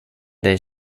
dig